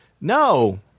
No